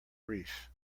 reef